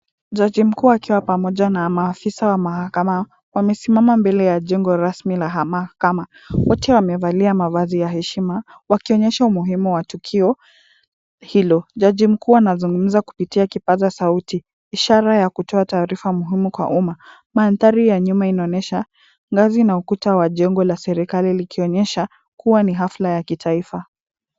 Jaji mkuu akiwa pamoja na maafisa wa mahakama, wamesimama mbele ya jengo rasmi la mahakama, wote wamevalia mavazi ya heshima wakionyesha umuhimu wa tukio hilo. Jaji mkuu anazungumza kupitia kipaza sauti ishara ya kutoa taarifa muhimu kwa umma, mandhari ya nyuma inaonyesha ngazi na ukuta wa jengo la serikali, likionyesha kuwa ni hafla ya kitaifa.